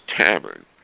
Tavern